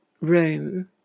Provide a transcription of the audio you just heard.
room